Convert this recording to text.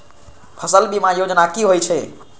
फसल बीमा योजना कि होए छै?